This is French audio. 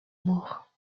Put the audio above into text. maure